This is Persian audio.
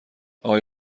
آقای